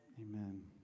Amen